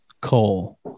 Cole